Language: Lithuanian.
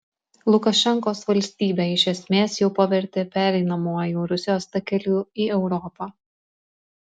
lukašenkos valstybę iš esmės jau pavertė pereinamuoju rusijos takeliu į europą